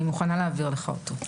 אני מוכנה להעביר לך אותו.